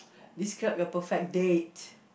describe your perfect date